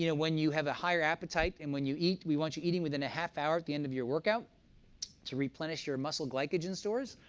you know when you have a higher appetite, and when you eat we want you eating within a half hour at the end of your workout to replenish your muscle glycogen stores